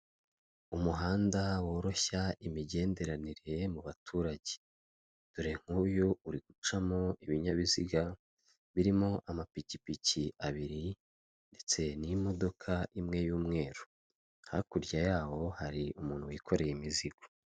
Umuhanda woroshya imigenderanire mu baturage, dore nk'uyu uri gucamo ibinyabiziga birimo amapikipiki abiri ndetse n'imodoka imwe y'umweru, hakurya y'aho hari umuntu wikoreye imizigo.